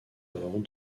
avant